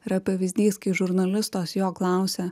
yra pavyzdys kai žurnalistas jo klausia